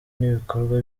n’ibikorwa